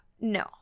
No